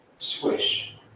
swish